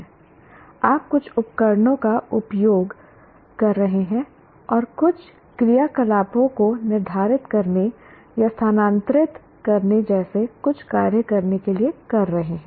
आप कुछ उपकरणों का उपयोग कर रहे हैं और कुछ क्रियाकलापों को निर्धारित करने या स्थानांतरित करने जैसे कुछ कार्य करने के लिए कर रहे हैं